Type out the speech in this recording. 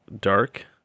dark